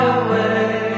away